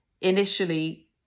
initially